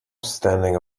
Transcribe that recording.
standing